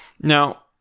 Now